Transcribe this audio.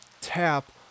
tap